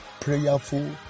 prayerful